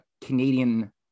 Canadian